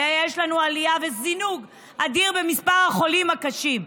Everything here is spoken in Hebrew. ויש לנו עלייה וזינוק אדיר במספר החולים הקשים,